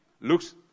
looks